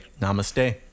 Namaste